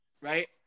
right